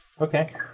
Okay